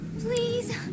please